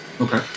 Okay